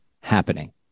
happening